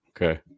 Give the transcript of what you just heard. Okay